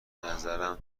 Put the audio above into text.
نظرم